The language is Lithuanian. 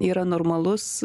yra normalus